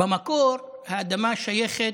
במקור האדמה שייכת,